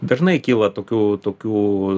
dažnai kyla tokių tokių